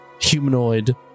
humanoid